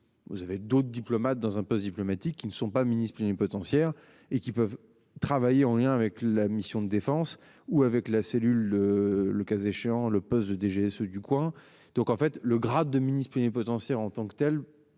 Vous avez d'autres diplomates dans un poste diplomatique qui ne sont pas Ministre plénipotentiaire et qui peuvent travailler en lien avec la mission de défense ou avec la cellule. Le cas échéant, le poste de DGSE du coin. Donc en fait le grade de ministre plénipotentiaire en tant que telle.